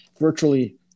Virtually